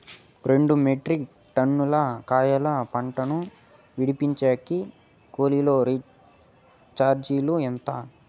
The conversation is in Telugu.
రెండు మెట్రిక్ టన్నుల వంకాయల పంట ను విడిపించేకి కూలీ చార్జీలు ఎంత?